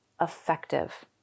effective